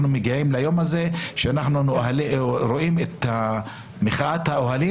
מגיעים ליום הזה שאנחנו רואים את מחאת האוהלים.